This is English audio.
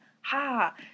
ha